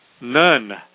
None